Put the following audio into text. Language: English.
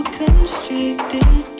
constricted